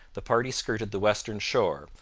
the party skirted the western shore,